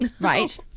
right